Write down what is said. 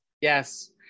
Yes